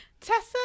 Tessa